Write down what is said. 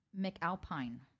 McAlpine